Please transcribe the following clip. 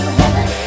heaven